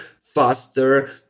faster